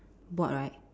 board right